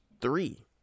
three